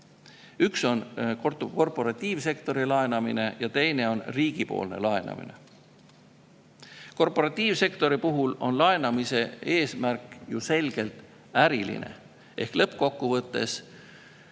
Üks on korporatiivsektori laenamine ja teine on riigipoolne laenamine. Korporatiivsektori puhul on laenamise eesmärk ju selgelt äriline ehk lõppkokkuvõttes